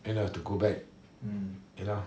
you know to go back you know